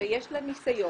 ויש לה ניסיון.